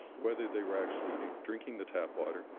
whether they were actually drinking the tap water,